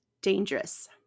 dangerous